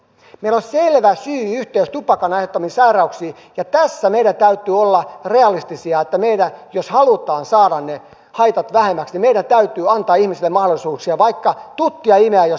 meillä on selvä syy yhteys tupakan aiheuttamiin sairauksiin ja tässä meidän täytyy olla realistisia että meidän jos haluamme saada ne haitat vähemmäksi täytyy antaa ihmisille mahdollisuuksia vaikka tuttia imeä jos he haluavat